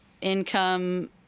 income